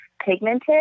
pigmented